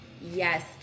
Yes